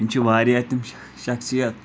یِم چھِ واریاہ تِم شَخصیت